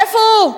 איפה הוא?